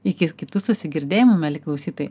iki kitų susigirdėjimų mieli klausytojai